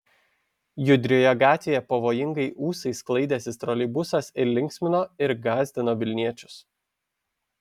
judrioje gatvėje pavojingai ūsais sklaidęsis troleibusas ir linksmino ir gąsdino vilniečius